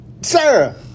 Sarah